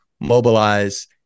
mobilize